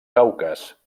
caucas